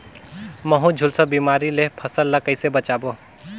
महू, झुलसा बिमारी ले फसल ल कइसे बचाबो?